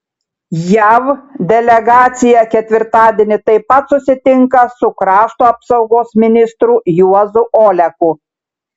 jav delegacija ketvirtadienį taip pat susitinka su krašto apsaugos ministru juozu oleku